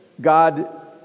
God